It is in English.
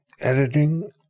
editing